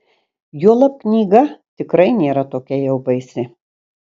juolab knyga tikrai nėra tokia jau baisi